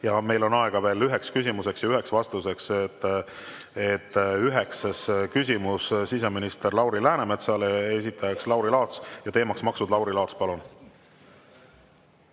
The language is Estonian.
Meil on aega veel üheks küsimuseks ja üheks vastuseks. Üheksas küsimus on siseminister Lauri Läänemetsale. Esitaja on Lauri Laats ja teema maksud. Lauri Laats, palun!